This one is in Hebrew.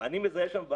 גם על זה הסכמנו.